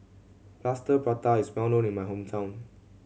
Plaster Prata is well known in my hometown